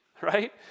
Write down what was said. right